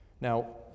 Now